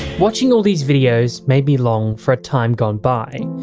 watching all these videos made me long for a time gone by.